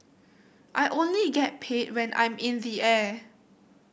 I only get paid when I'm in the air